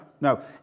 No